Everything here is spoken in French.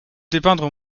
dépeindre